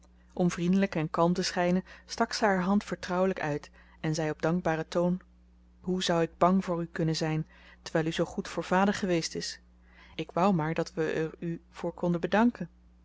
om vriendelijk en kalm te schijnen stak ze haar hand vertrouwelijk uit en zei op dankbaren toon hoe zou ik bang voor u kunnen zijn terwijl u zoo goed voor vader geweest is ik wou maar dat we er u voor konden bedanken